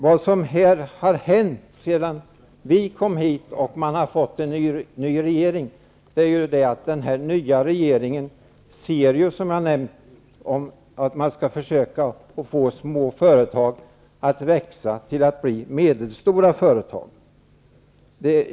Vad som har hänt sedan vi i kds kom hit och landet har fått en ny regering är att den nya regeringen försöker få små företag att växa och bli medelstora företag.